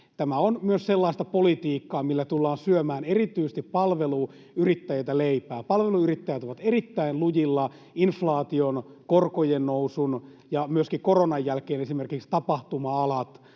Tämä on myös sellaista politiikkaa, millä tullaan syömään erityisesti palveluyrittäjiltä leipää. Palveluyrittäjät ovat erittäin lujilla inflaation, korkojen nousun ja myöskin koronan jälkeen, esimerkiksi tapahtuma-alan